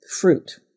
fruit